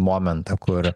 momentą kur